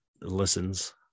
listens